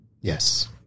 Yes